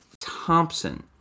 Thompson